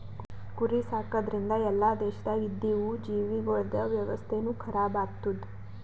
ಕುರಿ ಸಾಕದ್ರಿಂದ್ ಎಲ್ಲಾ ದೇಶದಾಗ್ ಇದ್ದಿವು ಜೀವಿಗೊಳ್ದ ವ್ಯವಸ್ಥೆನು ಖರಾಬ್ ಆತ್ತುದ್